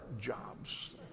jobs